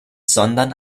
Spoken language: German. sondern